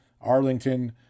Arlington